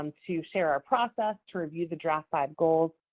um to share our process, to view the draft by goals,